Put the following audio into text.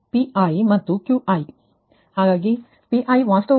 ಒಟ್ಟಾರೆ injected power P i ಮತ್ತು Q i